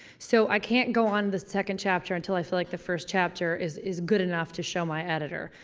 so i can't go on the second chapter until i feel like the first chapter is, is good enough to show my editor.